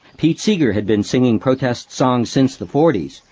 pete seeger had been singing protest songs since the forties,